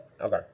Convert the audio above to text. Okay